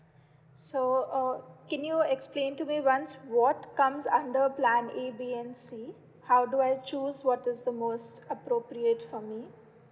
so uh can you explain to me once what comes under plan A B and C how do I choose what is the most appropriate for me